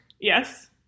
yes